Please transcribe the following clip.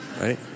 Right